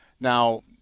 Now